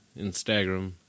Instagram